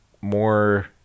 more